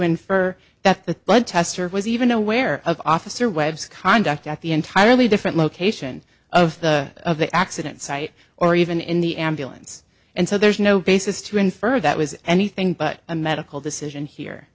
infer that the blood tests or was even aware of officer webb's conduct at the entirely different location of the of the accident site or even in the ambulance and so there's no basis to infer that was anything but a medical decision here